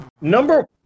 Number